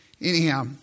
Anyhow